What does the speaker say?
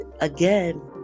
again